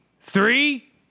Three